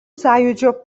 sąjūdžio